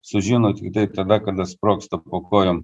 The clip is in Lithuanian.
sužino tiktai tada kada sprogsta po kojom